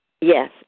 Yes